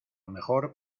mejor